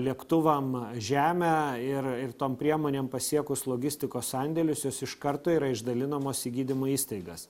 lėktuvam žemę ir ir tom priemonėm pasiekus logistikos sandėlius jos iš karto yra išdalinamos į gydymo įstaigas